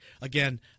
again